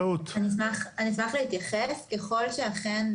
ככל שאכן,